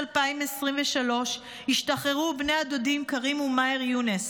2023 השתחררו בני הדודים כרים ומאהר יונס,